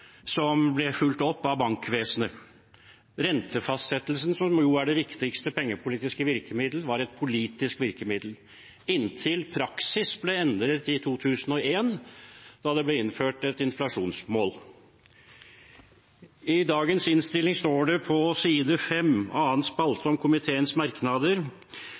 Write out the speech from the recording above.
som ble fulgt opp av bankvesenet. Rentefastsettelsen, som jo er det viktigste pengepolitiske virkemiddelet, var et politisk virkemiddel, inntil praksis ble endret i 2001, da det ble innført et inflasjonsmål. I dagens innstilling står det på side 5 annen spalte i komiteens merknader: